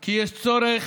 כי יש צורך